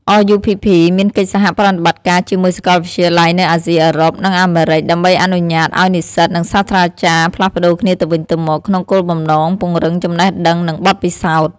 RUPP មានកិច្ចសហប្រតិបត្តិការជាមួយសាកលវិទ្យាល័យនៅអាស៊ី អឺរ៉ុប និងអាមេរិក ដើម្បីអនុញ្ញាតឱ្យនិស្សិត និងសាស្ត្រាចារ្យផ្លាស់ប្តូរគ្នាទៅវិញទៅមក ក្នុងគោលបំណងពង្រឹងចំណេះដឹង និងបទពិសោធន៍។